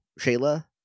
Shayla